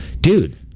Dude